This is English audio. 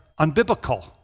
unbiblical